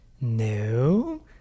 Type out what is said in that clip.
no